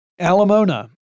Alamona